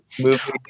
movie